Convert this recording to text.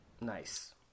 Nice